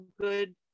good